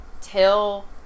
tell